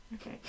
Okay